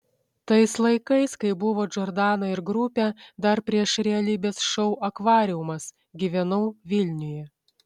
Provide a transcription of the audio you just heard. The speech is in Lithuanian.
tais laikais kai buvo džordana ir grupė dar prieš realybės šou akvariumas gyvenau vilniuje